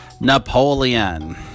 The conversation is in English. Napoleon